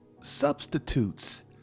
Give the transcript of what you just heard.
substitutes